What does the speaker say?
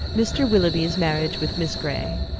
mr. willoughby's marriage with miss grey.